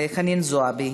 חנין זועבי.